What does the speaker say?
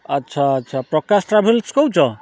ଆଚ୍ଛା ଆଚ୍ଛା ପ୍ରକାଶ ଟ୍ରାଭେଲସ୍ କହୁଛ